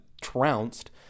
trounced